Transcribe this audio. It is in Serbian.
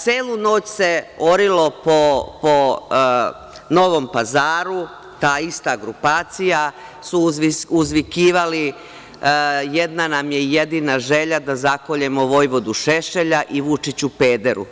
Celu noć se orilo po Novom Pazaru, ta ista grupacija, uzvikivali su – Jedna nam je i jedina želja, da zakoljemo Vojvodu Šešelja i - Vučiću, pederu.